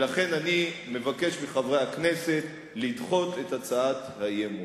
ולכן אני מבקש מחברי הכנסת לדחות את הצעת האי-אמון.